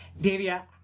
Davia